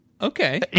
Okay